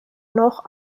noch